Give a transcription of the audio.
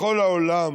בכל העולם